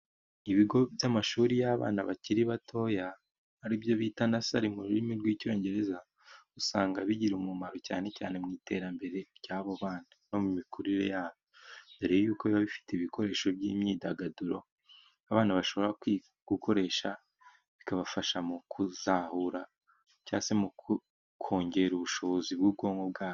Ibigo by'amashuri y'abana bakiri batoya aribyo bita "nasari " mu rurimi rw'icyongereza, usanga bigira umumaro cyane cyane mu iterambere ry'abo bana no mu mikurire yabo, dore y'uko biba bifite ibikoresho by'imyidagaduro abana bashobora gukoresha bikabafasha mu kuzahura cyangwa se mu kongera ubushobozi bw'ubwonko bwabo.